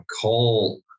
call